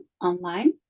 online